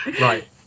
Right